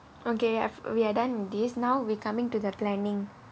okay I've we are done with this now we're be coming to the planning